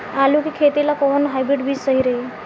आलू के खेती ला कोवन हाइब्रिड बीज सही रही?